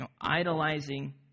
Idolizing